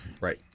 Right